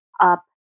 up